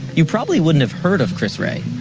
you probably wouldn't have heard of chris wray.